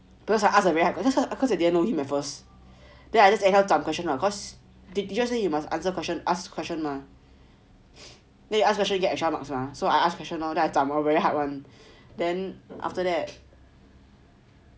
because I asked a very hard question because I didn't know him at first then I just anyhow zam question lah cause teacher say you must answer question ask question mah then you ask question you'll get extra marks mah so I ask question lor so I ask question lor then I zam lor very hard [one] then